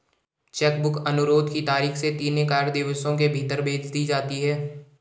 check book अनुरोध की तारीख से तीन कार्य दिवसों के भीतर भेज दी जाती है